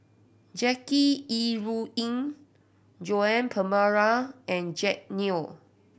Jackie Yi Ru Ying Joan Pereira and Jack Neo